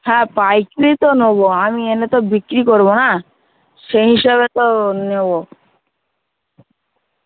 হ্যাঁ পাইকিরি তো নেবো আমি এনে তো বিক্রি করবো না সেই হিসেবে তো নেবো